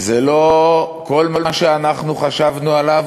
זה לא כל מה שאנחנו חשבנו עליו,